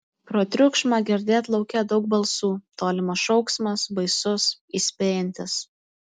pro triukšmą girdėt lauke daug balsų tolimas šauksmas baisus įspėjantis